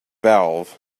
valve